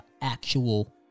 actual